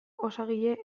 osagile